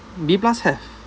B plus have